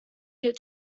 get